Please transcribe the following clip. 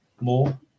more